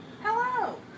Hello